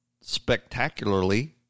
spectacularly